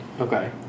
Okay